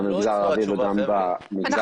גם במגזר הערבי וגם במגזר הדרוזי -- אנחנו